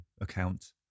account